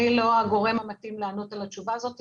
אני לא הגורם המתאים לענות לשאלה הזו.